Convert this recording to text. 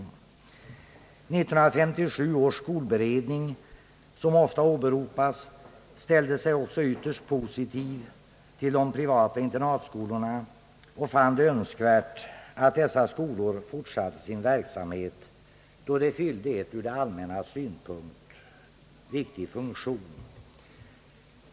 1957 års skolberedning, som ofta åberopas, ställde sig också ytterst positiv till de privata internatskolorna och fann det önskvärt att dessa fortsatte sin verksamhet, då de fyllde en ur det allmännas synpunkt viktig funktion.